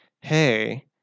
Hey